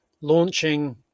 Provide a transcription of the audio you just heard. launching